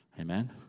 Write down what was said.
Amen